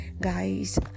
guys